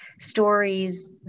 stories